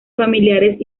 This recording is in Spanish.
familiares